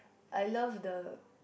I love the